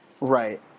Right